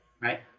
Right